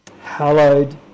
Hallowed